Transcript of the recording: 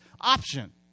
option